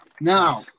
Now